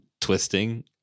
twisting